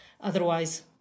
otherwise